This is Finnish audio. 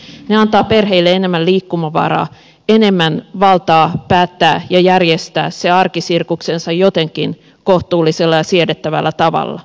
ne antavat perheille enemmän liikkumavaraa enemmän valtaa päättää ja järjestää se arkisirkuksensa jotenkin kohtuullisella ja siedettävällä tavalla